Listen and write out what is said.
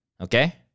Okay